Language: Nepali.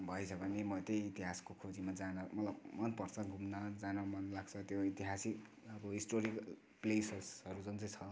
भएछ भने म त्यही इतिहासको खोजिमा जान मलाई मनपर्छ घुम्न जान मन लाग्छ त्यो ऐतिहासिक अब हिस्टोरिकल प्लेसेसहरू जुन चाहिँ छ